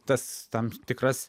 tas tam tikras